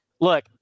look